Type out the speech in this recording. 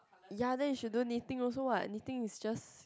ya then you should do knitting also what knitting is just